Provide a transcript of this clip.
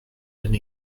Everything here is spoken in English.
and